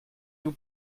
vous